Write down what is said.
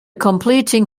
completing